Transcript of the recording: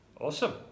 Awesome